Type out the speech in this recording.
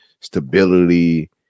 stability